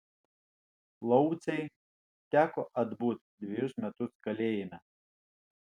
laucei teko atbūt dvejus metus kalėjime